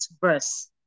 verse